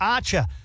Archer